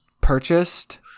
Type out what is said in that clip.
purchased